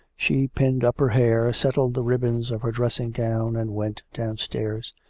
she pinned up her hair, settled the ribbons of her dressing-gown, and went downstairs.